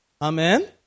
Amen